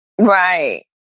Right